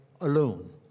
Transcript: alone